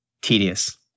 tedious